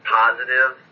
positive